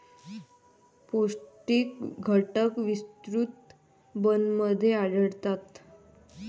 पौष्टिक घटक विस्तृत बिनमध्ये आढळतात